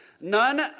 None